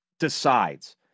decides